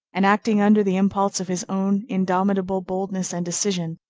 and acting under the impulse of his own indomitable boldness and decision,